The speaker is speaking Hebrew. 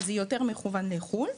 וזה מכוון יותר לחו"ל.